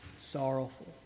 sorrowful